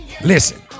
Listen